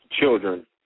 children